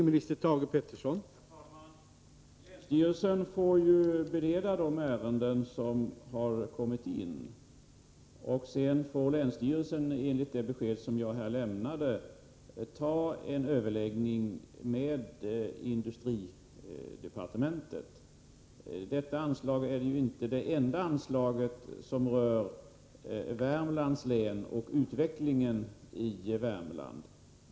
Herr talman! Länsstyrelsen får ju bereda de ärenden som har kommit in, och sedan får länsstyrelsen enligt det besked som jag här lämnat ta en överläggning med industridepartementet. Detta anslag är ju inte det enda anslag som rör Värmlands län och utvecklingen i Värmland.